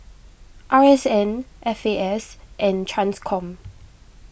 R S N F A S and Transcom